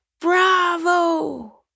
Bravo